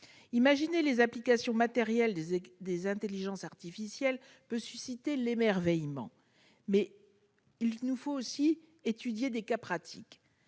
Imaginer les applications matérielles des intelligences artificielles peut susciter l'émerveillement, mais il nous faut aussi examiner des cas pratiques.